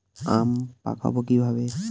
আম পাকাবো কিভাবে?